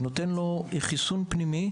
זה נותן לו חיסון פנימי,